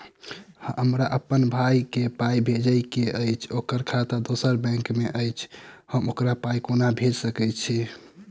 हमरा अप्पन भाई कऽ पाई भेजि कऽ अछि, ओकर खाता दोसर बैंक मे अछि, हम ओकरा पाई कोना भेजि सकय छी?